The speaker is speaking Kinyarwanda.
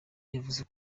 yavuze